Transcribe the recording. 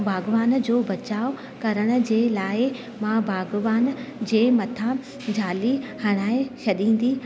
बागवान जो बचाव करण जे लाइ मां बागवान जे मथां जाली हणाइ छॾींदी